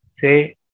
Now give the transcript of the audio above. say